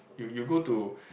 you you go to